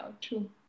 True